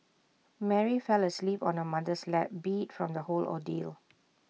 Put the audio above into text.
Mary fell asleep on her mother's lap beat from the whole ordeal